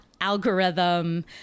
algorithm